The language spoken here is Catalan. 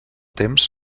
temps